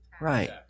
Right